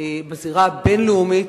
בזירה הבין-לאומית